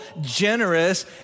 generous